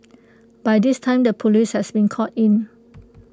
by this time the Police has been called in